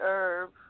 Herb